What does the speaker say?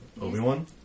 Obi-Wan